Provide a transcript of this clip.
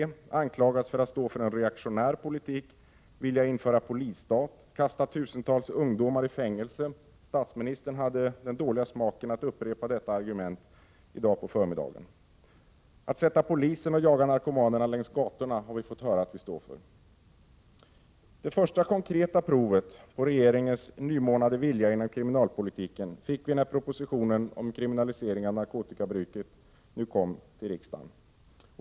Vi har anklagats för att stå för en reaktionär politik, för att vilja införa en polisstat, för att vilja kasta tusentals ungdomar i fängelse — statsministern hade den dåliga smaken att upprepa detta argument i dag på förmiddagen —, för att vilja sätta polisen att jaga narkomanerna längs gatorna osv. Det första konkreta provet på regeringens nymornade vilja inom kriminalpolitiken fick vi när propositionen om kriminalisering av narkotikabruket nu kom till riksdagen.